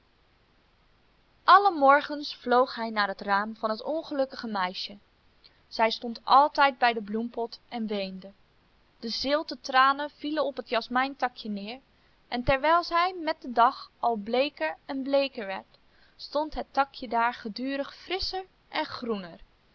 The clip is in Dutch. alle morgens vloog hij naar het raam van het ongelukkige meisje zij stond altijd bij den bloempot en weende de zilte tranen vielen op het jasmijntakje neer en terwijl zij met den dag al bleeker en bleeker werd stond het takje daar gedurig frisscher en groener